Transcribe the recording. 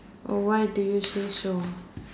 oh why do you say so